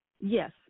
Yes